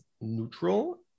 neutral